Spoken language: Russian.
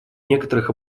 некоторых